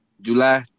July